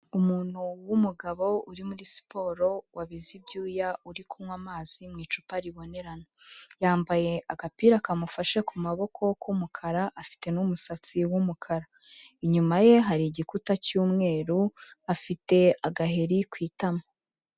Umuntu w'umugabo uri muri siporo wabize ibyuya uri kunywa amazi mu icupa ribonerana, yambaye agapira kamufashe ku maboko k'umukara afite n'umusatsi w'umukara, inyuma ye hari igikuta cy'umweru afite agaheri ku itama.